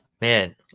man